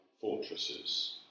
fortresses